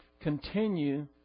continue